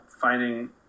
finding